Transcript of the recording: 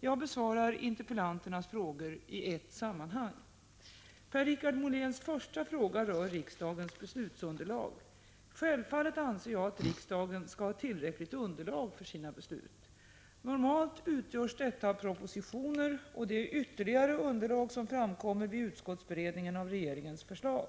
Jag besvarar interpellanternas frågor i ett sammanhang. Per-Richard Moléns första fråga rör riksdagens beslutsunderlag. Självfallet anser jag att riksdagen skall ha tillräckligt underlag för sina beslut. Normalt utgörs detta av propositioner och det ytterligare underlag som framkommer vid utskottsberedningen av regeringens förslag.